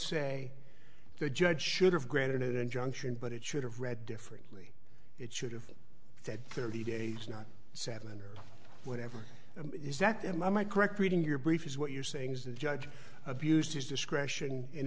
say the judge should have granted injunction but it should have read differently it should have said thirty days not seven or whatever is that and i might correct reading your brief is what you're saying is the judge abused his discretion in